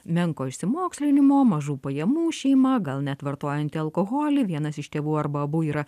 menko išsimokslinimo mažų pajamų šeima gal net vartojanti alkoholį vienas iš tėvų arba abu yra